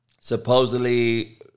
supposedly